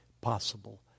possible